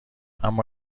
اما